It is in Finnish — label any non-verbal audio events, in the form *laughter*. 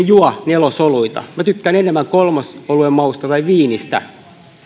*unintelligible* juo nelosoluita minä tykkään enemmän kolmosoluen mausta tai viinistä